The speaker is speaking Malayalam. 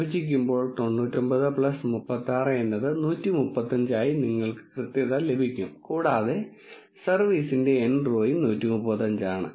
വിഭജിക്കുമ്പോൾ 99 36 എന്നത് 135 ആയി നിങ്ങൾക്ക് കൃത്യത ലഭിക്കും കൂടാതെ സർവീസിന്റെ n റോയും 135 ആണ്